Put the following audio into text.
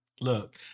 look